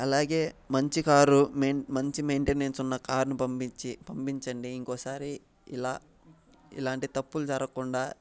అలాగే మంచి కారు మంచి మెయింటెనెన్స్ ఉన్న కార్ని పంపించి పంపించండి ఇంకోసారి ఇలా ఇలాంటి తప్పులు జరగకుండా